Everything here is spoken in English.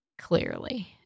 Clearly